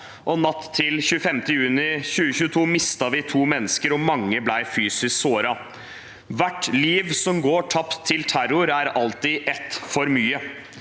Natt til 25. juni 2022 mistet vi to mennesker, og mange ble fysisk såret. Hvert liv som går tapt til terror, er alltid ett for mye.